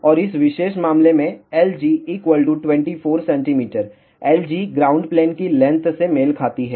और इस विशेष मामले में Lg 24 cm Lg ground plane की लेंथ से मेल खाती है